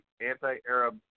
anti-Arab